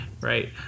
right